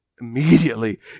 immediately